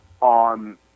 on